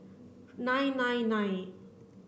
nine nine nine